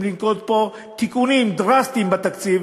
לנקוט פה תיקונים דרסטיים בתקציב,